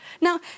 Now